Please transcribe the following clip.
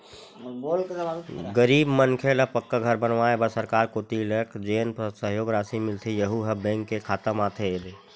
गरीब मनखे ल पक्का घर बनवाए बर सरकार कोती लक जेन सहयोग रासि मिलथे यहूँ ह बेंक के खाता म आथे